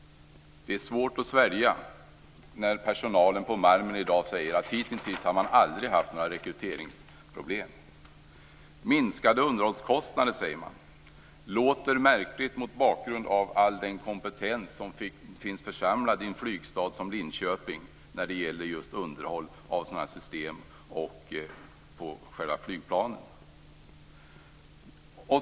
Det är svårt att svälja när personalen på Malmen i dag säger att man hittills aldrig har haft några rekryteringsproblem. Minskade underhållskostnader, säger man. Det låter märkligt mot bakgrund av all den kompetens som finns församlad i en flygstad som Linköping när det gäller just underhåll av sådana här system och av själva flygplanen.